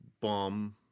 bomb